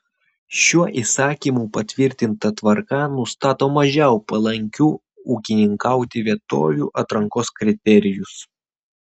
šiuo įsakymu patvirtinta tvarka nustato mažiau palankių ūkininkauti vietovių atrankos kriterijus